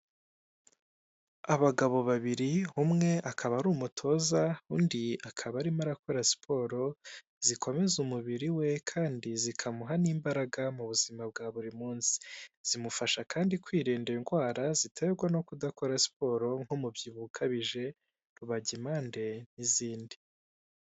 Abagabo babiri, umwe akaba ari umutoza, undi akaba arimo arakora siporo zikomeza umubiri we kandi zikamuha n'imbaraga mu buzima bwa buri munsi. Zimufasha kandi kwirinda indwara ziterwa no kudakora siporo nk'umubyibuho ukabije, rubagimpande n'izindi.